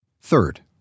Third